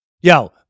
Yo